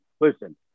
listen